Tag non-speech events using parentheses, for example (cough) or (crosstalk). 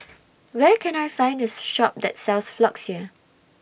(noise) Where Can I Find A Shop that sells Floxia